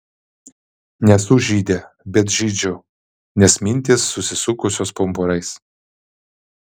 nesu žydė bet žydžiu nes mintys susisukusios pumpurais